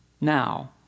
now